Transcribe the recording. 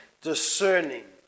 discerning